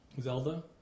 Zelda